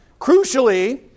Crucially